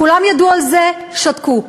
כולם ידעו על זה, שתקו.